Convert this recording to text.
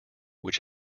which